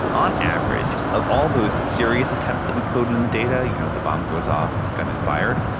on average, of all those serious attempts that we coded in the data, you know, the bomb goes off, the gun is fired,